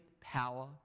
power